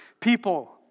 people